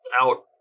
out